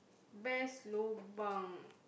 best lobang